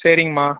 சரிங்கம்மா